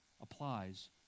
applies